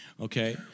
Okay